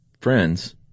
friends